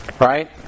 right